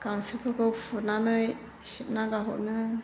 गांसोफोरखौ फुनानै सिबना गाहरनो